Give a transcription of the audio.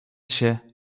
się